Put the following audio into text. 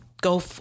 go